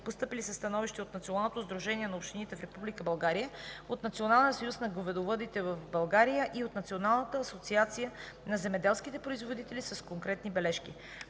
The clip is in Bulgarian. Постъпили са становища от Националното сдружение на общините в Република България, от Националния съюз на говедовъдите в България и от Националната асоциация на земеделските производители с конкретни бележки.